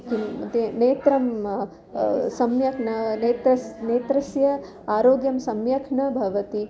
किं ते नेत्रं सम्यक् न नेत्र नेत्रस्य आरोग्यं सम्यक् न भवति